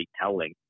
telling